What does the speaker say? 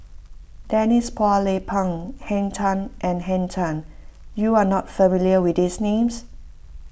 Denise Phua Lay Peng Henn Tan and Henn Tan you are not familiar with these names